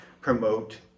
promote